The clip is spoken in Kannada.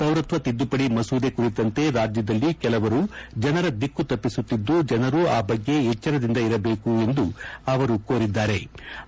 ಪೌರತ್ವ ತಿದ್ದುಪಡಿ ಮಸೂದೆ ಕುರಿತಂತೆ ರಾಜ್ಯದಲ್ಲಿ ಕೆಲವರು ಜನರ ದಿಕ್ಕು ತಪ್ಪಿಸುತ್ತಿದ್ದು ಜನರು ಆ ಬಗ್ಗೆ ಎಚ್ಚರದಿಂದ ಇರಬೇಕೆಂದು ಅವರು ಕೋರಿದ್ಗಾರೆ